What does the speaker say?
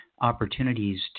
opportunities